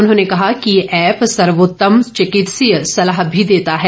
उन्होंने कहा कि यह ऐप सर्वोत्तम चिकित्सीय सलाह भी देता है